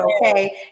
okay